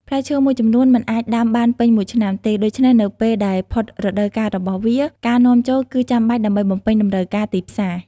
ផ្លែឈើមួយចំនួនមិនអាចដាំបានពេញមួយឆ្នាំទេ ដូច្នេះនៅពេលដែលផុតរដូវកាលរបស់វា ការនាំចូលគឺចាំបាច់ដើម្បីបំពេញតម្រូវការទីផ្សារ។